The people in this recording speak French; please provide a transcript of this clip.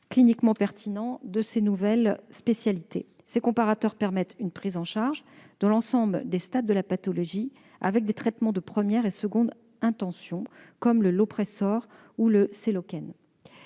cliniquement pertinents de ces nouvelles spécialités. Ces comparateurs permettent une prise en charge de l'ensemble des stades de la pathologie avec des traitements de première et seconde intention - comme le Lopressor ou le Seloken